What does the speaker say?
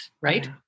right